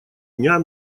дня